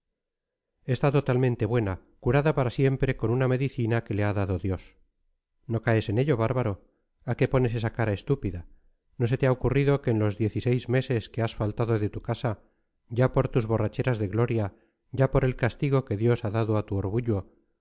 está totalmente buena curada para siempre con una medicina que le ha dado dios no caes en ello bárbaro a qué pones esa cara estúpida no se te ha ocurrido que en los diez y seis meses que has faltado de tu casa ya por tus borracheras de gloria ya por el castigo que dios ha dado a tu orgullo